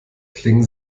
klingen